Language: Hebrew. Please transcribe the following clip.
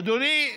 אדוני,